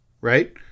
Right